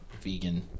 vegan